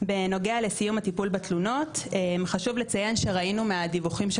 בנוגע לסיום הטיפול בתלונות חשוב לציין שראינו מהדיווחים של